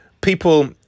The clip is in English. people